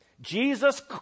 Jesus